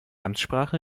amtssprache